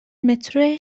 مترو